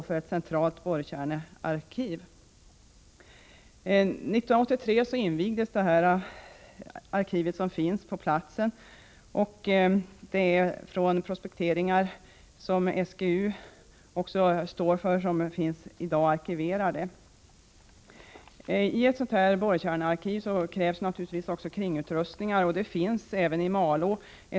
År 1983 invigdes arkivet som finns på platsen, och där arkiveras också borrkärnor från prospekteringar som SGU står för. För ett borrkärnearkiv krävs naturligtvis också kringutrustningar, och även det finns i Malå.